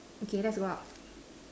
okay let's go out